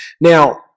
Now